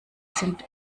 sind